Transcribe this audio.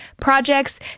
projects